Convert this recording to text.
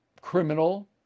criminal